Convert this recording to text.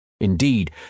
Indeed